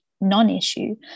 non-issue